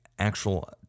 actual